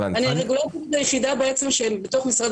נמצאת אתנו גם עורכת הדין רותי לירז שפירא מהמשרד